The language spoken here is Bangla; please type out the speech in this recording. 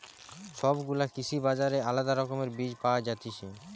সব গুলা কৃষি বাজারে আলদা রকমের বীজ পায়া যায়তিছে